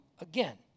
again